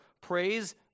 praise